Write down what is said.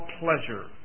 pleasure